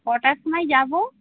কটার সময় যাবো